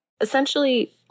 Essentially